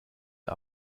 der